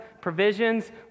Provisions